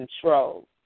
control